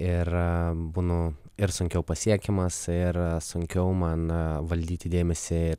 ir būnu ir sunkiau pasiekiamas ir sunkiau man valdyti dėmesį